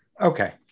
Okay